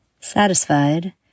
Satisfied